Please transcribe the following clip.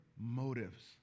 motives